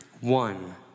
one